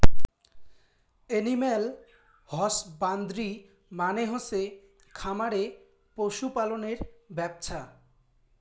animal husbandry মানে হসে খামারে পশু পালনের ব্যপছা